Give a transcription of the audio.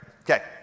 Okay